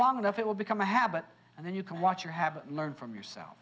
long enough it will become a habit and then you can watch your have learned from yourself